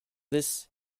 this